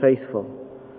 faithful